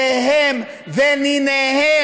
איך, נכדיהם וניניהם.